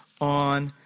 on